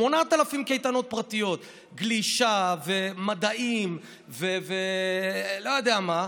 8,000 קייטנות פרטיות, גלישה, מדעים ולא יודע מה,